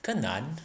kenan